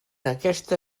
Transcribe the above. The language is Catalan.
aquesta